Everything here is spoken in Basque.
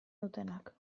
dutenak